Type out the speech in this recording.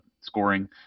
scoring